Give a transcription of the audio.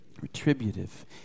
Retributive